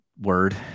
word